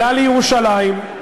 אלא לירושלים,